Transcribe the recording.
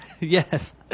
Yes